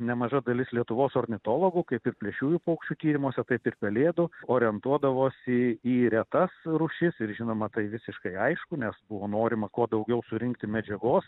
nemaža dalis lietuvos ornitologų kaip ir plėšriųjų paukščių tyrimuose taip ir pelėdų orientuodavosi į retas rūšis ir žinoma tai visiškai aišku nes buvo norima kuo daugiau surinkti medžiagos